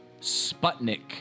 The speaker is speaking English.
Sputnik